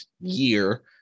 year